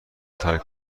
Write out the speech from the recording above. ترک